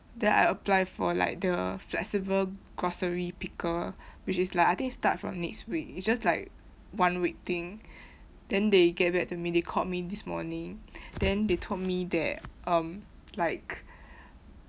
then I apply for like the flexible grocery picker which is like I think it start from next week it's just like one week thing then they get back to me they called me this morning then they told me that um like